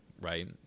right